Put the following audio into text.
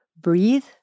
breathe